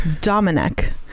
dominic